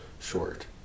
short